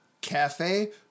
Cafe